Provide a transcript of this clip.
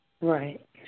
Right